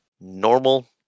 normal